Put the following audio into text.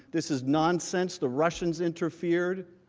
this is nonsense, the russians interfered,